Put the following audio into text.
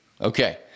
Okay